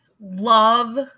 love